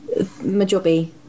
Majobi